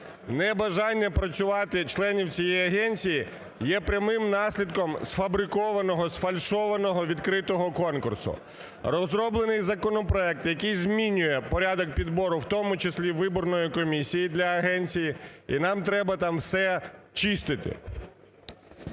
Небажання працювати членів цієї агенції є прямим наслідком сфабрикованого, сфальшованого відкритого конкурсу. Розроблений законопроект, який змінює порядок підбору, у тому числі і виборної комісії для агенції, і нам треба там все чистити.